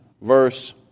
verse